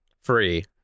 free